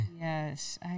Yes